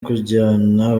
kujyana